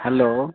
hello